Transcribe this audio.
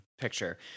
picture